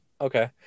okay